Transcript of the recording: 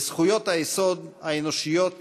לזכויות היסוד האנושיות